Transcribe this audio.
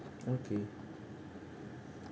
okay